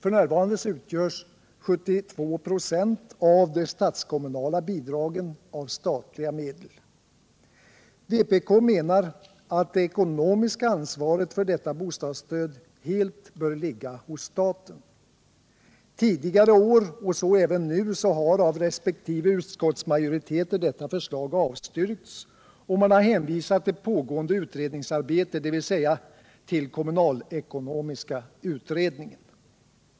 F. n. utgörs 72 96 av de statskommunala bidragen av statliga medel. Vpk menar att det ekonomiska ansvaret för detta bostadsstöd helt bör ligga hos staten. Tidigare år, och så även nu, har av resp. utskottsmajoriteter detta förslag avstyrkts och man har hänvisat till pågående utredningsarbete, dvs. till kommunalekonomiska utredningen.